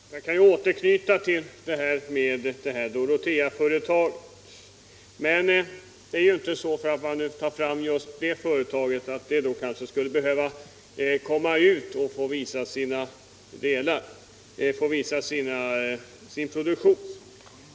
Herr talman! Jag kan återknyta till detta Doroteaföretag. Men det är inte bara det företaget som genom reklam i idrottssammanhang vill visa upp sin produktion.